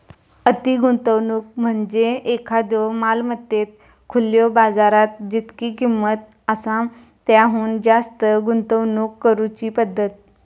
अति गुंतवणूक म्हणजे एखाद्यो मालमत्तेत खुल्यो बाजारात जितकी किंमत आसा त्याहुन जास्त गुंतवणूक करुची पद्धत